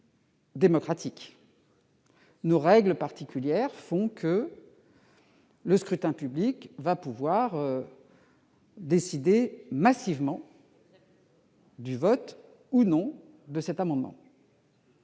Nos règles particulières font que le scrutin public va permettre de décider massivement de l'adoption ou non de cet amendement.